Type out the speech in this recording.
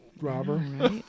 robber